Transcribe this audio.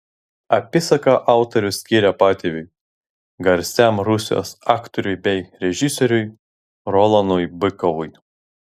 apysaką autorius skyrė patėviui garsiam rusijos aktoriui bei režisieriui rolanui bykovui